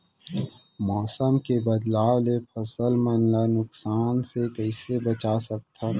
मौसम के बदलाव ले फसल मन ला नुकसान से कइसे बचा सकथन?